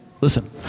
Listen